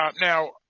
Now